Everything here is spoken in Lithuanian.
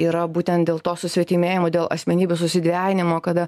yra būtent dėl to susvetimėjimo dėl asmenybių susidvejinimo kada